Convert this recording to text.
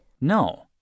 No